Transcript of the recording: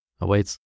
awaits